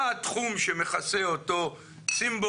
השאלה היא מה התחום שמכסה אותו סימבול?